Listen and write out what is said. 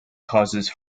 causes